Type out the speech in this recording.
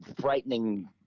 frightening